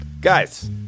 Guys